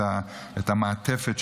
את המעטפת,